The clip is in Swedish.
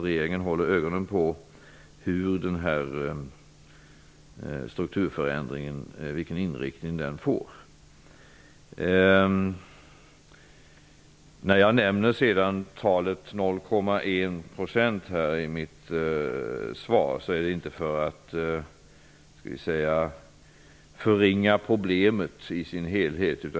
Regeringen håller ögonen på vilken inriktning strukturförändringen får. Det är det inget tvivel om. När jag nämner siffran 0,1 % i mitt svar gör jag inte det för att förringa problemet i sin helhet.